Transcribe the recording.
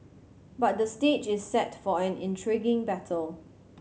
but the stage is set for an intriguing battle